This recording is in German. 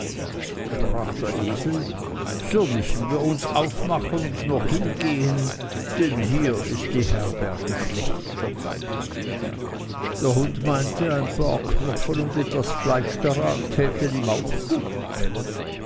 sprach der esel so müssen wir uns aufmachen und noch hingehen denn hier ist die herberge schlecht der hund meinte ein paar knochen und etwas fleisch dran täten ihm auch gut